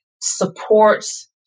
supports